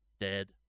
Dead